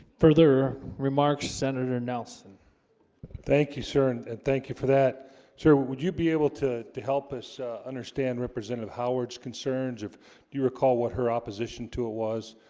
further remarks senator nelson thank you, sir, and and thank you for that sir would you be able to to help us understand representative howard's concerns if you recall what her opposition to it was